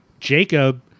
Jacob